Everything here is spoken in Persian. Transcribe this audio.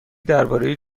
درباره